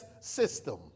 system